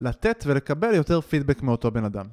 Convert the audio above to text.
לתת ולקבל יותר פידבק מאותו בן אדם